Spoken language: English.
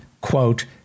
quote